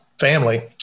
family